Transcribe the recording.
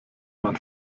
man